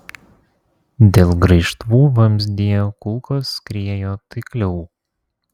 dėl graižtvų vamzdyje kulkos skriejo taikliau